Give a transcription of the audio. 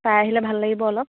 চাই আহিলে ভাল লাগিব অলপ